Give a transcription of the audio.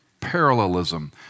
parallelism